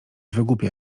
wygłupia